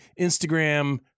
Instagram